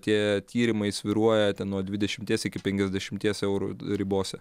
tie tyrimai svyruoja nuo dvidešimties iki penkiasdešimties eurų ribose